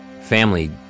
family